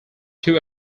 two